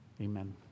Amen